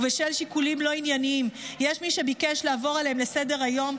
ובשל שיקולים לא ענייניים יש מי שביקש לעבור עליהן לסדר-היום,